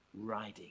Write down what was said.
riding